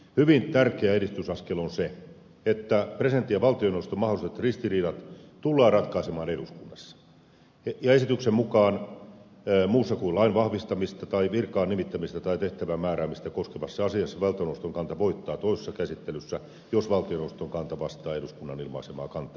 hyvin tärkeä edistysaskel on se että presidentin ja valtioneuvoston mahdolliset ristiriidat tullaan ratkaisemaan eduskunnassa ja esityksen mukaan muussa kuin lain vahvistamista tai virkaan nimittämistä tai tehtävän määräämistä koskevassa asiassa valtioneuvoston kanta voittaa toisessa käsittelyssä jos valtioneuvoston kanta vastaa eduskunnan ilmaisemaa kantaa asiassa